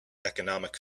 economic